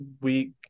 week